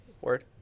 Word